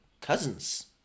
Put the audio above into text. cousins